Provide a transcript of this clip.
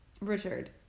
Richard